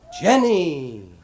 Jenny